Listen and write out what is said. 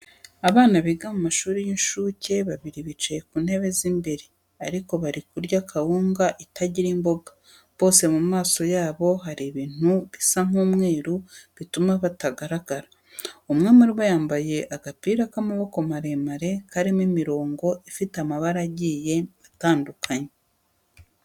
Abana biga mu mashuri y'inshuke babiri bicaye ku ntebe z'imbere ariko bari kurya kawunga itagira imboga. Bose mu maso yabo hari ibintu bisa nk'umweru bituma batagaragara. Umwe muri bo yambaye agapira k'amaboko maremare karimo imirongo ifite amabara agiye ayndukanye.